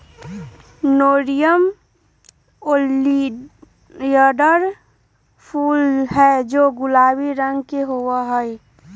nerium oleander फूल हैं जो गुलाबी रंग के होबा हई